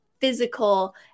physical